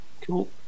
Cool